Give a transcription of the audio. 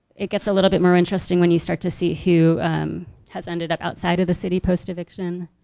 it gets a little bit more interesting when you start to see who has ended up outside of the city post eviction.